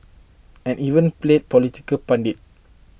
and even played political pundit